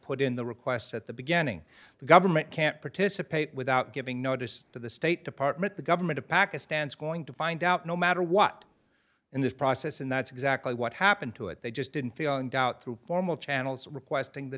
put in the request at the beginning the government can't participate without giving notice to the state department the government of pakistan is going to find out no matter what in this process and that's exactly what happened to it they just didn't feel in doubt through formal channels requesting the